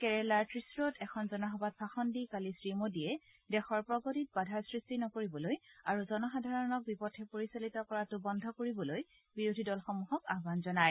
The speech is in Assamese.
কেৰেলাৰ ত্ৰিশুৰত এখন জনসভাত ভাষণ দি কালি শ্ৰীমোদীয়ে দেশৰ প্ৰগতিত বাধাৰ সৃষ্টি নকৰিবলৈ আৰু জনসাধাৰণক বিপথে পৰিচালিত কৰাটো বন্ধ কৰিবলৈ বিৰোধী দলসমূহক আহান জনায়